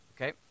Okay